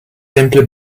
simply